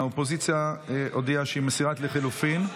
האופוזיציה הודיעה שהיא מסירה את לחלופין.